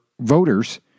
voters